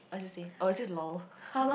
or the same or is it lol